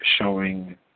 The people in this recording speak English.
showing